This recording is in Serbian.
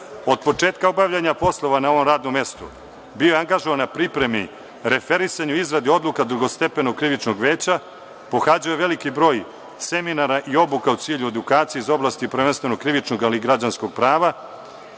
početka obavljanja poslova na ovom radnom mestu bio je angažovan na pripremi, referisanju, izradi odluka Drugostepenog krivičnog veća, pohađao je veliki broj seminara i obuka u cilju edukacija iz oblasti prvenstveno krivičnog ali i građanskog prava.